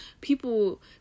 people